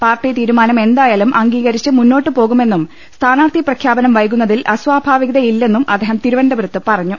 party തീരുമാനം എന്തായാലും അംഗീകരിച്ച് മുന്നോട്ട്പോകുമെന്നും സ്ഥാനാർത്ഥി പ്രഖ്യാ പനം വൈകുന്നതിൽ അസ്വാഭാവികതയില്ലെന്നും അദ്ദേഹം തിരുവനന്ത പുരത്ത് പറഞ്ഞു